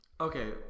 Okay